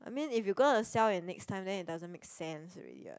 I mean if you gonna sell it next time then it doesn't make sense already what